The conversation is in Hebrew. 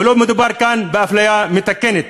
ולא מדובר כאן באפליה מתקנת.